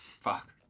Fuck